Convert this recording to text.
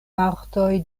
partoj